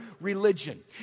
religion